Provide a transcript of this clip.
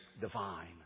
divine